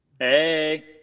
Hey